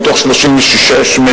מתוך 36 מדינות,